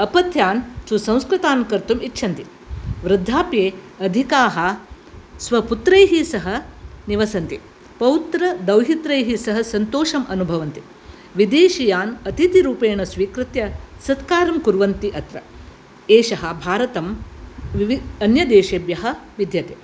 अपत्यान् सुसंस्कृतान् कर्तुम् इच्छन्ति वृद्धापि अधिकाः स्वपुत्रैः सह निवसन्ति पौत्रदौहित्रैः सह सन्तोषम् अनुभवन्ति विदेशीयान् अतिथिरूपेण स्वीकृत्य सत्कारं कुर्वन्ति अत्र एषः भारतम् विव अन्यदेशेभ्यः भिद्यते